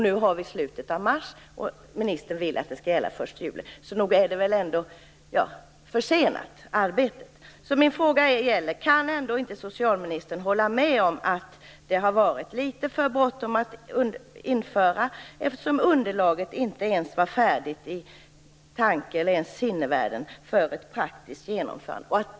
Nu är det slutet av mars, och ministern vill att blanketterna skall gälla från den 1 juli, så nog är väl arbetet försenat. Kan socialministern hålla med om att man har haft litet för bråttom med ett införande, eftersom underlaget inte ens i sinnevärlden var färdigt för ett praktiskt genomförande?